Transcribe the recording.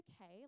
okay